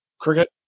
Cricket